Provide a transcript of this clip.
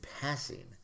passing